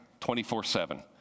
24/7